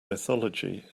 mythology